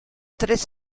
tres